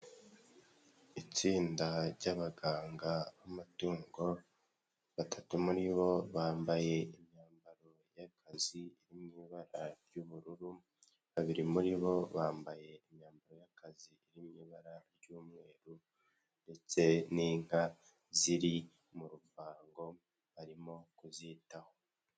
Itsinda ry'abaganga b'amatungo batatu muri bo bambaye imyambaro y'akazi n'ibara ry'ubururu, babiri muri bo bambaye imyambaro y'akazi iri mu ibara ry'umweru ndetse n'inka ziri mu ruhango barimo kuzitaho.